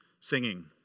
singing